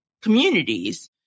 communities